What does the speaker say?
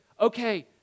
Okay